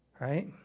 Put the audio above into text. Right